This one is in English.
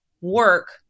work